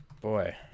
boy